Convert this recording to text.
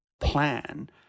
plan